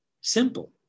Simple